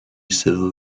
civil